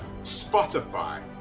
Spotify